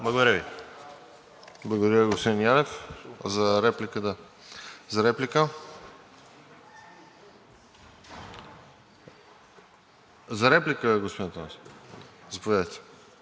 За дуплика, господин Митов, заповядайте.